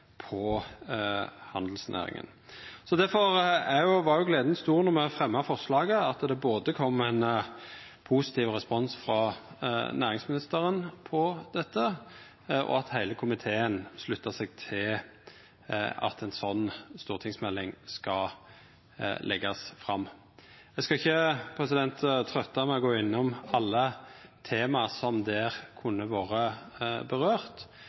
på handelsnæringa. Difor var gleda stor, då me fremja forslaget, over at det både kom ein positiv respons frå næringsministeren på dette, og at heile komiteen slutta seg til at ei slik stortingsmelding skal leggjast fram. Eg skal ikkje trøytta med å gå innom alle temaa som der kunne ha vore